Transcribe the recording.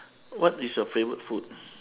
what is your favourite food